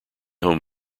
home